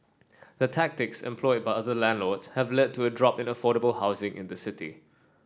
the tactics employed by other landlords have led to a drop in affordable housing in the city